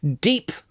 deep